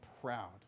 proud